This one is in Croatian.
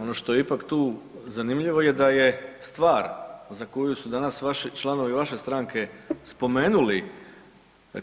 Ono što je ipak tu zanimljivo je da je stvar za koju su danas članovi vaše stranke spomenuli